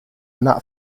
that